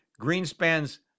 Greenspan's